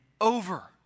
over